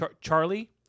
Charlie